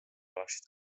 oleksid